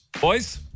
Boys